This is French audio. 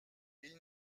ils